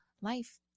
life